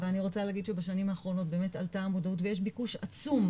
אבל אני רוצה להגיד שבשנים האחרונות עלתה המודעות ויש ביקוש עצום,